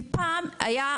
כי פעם היה,